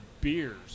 beers